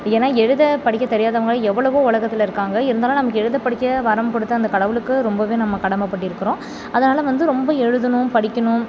ஏன்னா எழுத படிக்க தெரியாதவங்க எவ்வளவோ உலகத்தில் இருக்காங்க இருந்தாலும் நமக்கு எழுத படிக்க வரம் கொடுத்த அந்த கடவுளுக்கு ரொம்பவே நம்ம கடமைப்பட்டிருக்கிறோம் அதனால் வந்து ரொம்ப எழுதணும் படிக்கணும்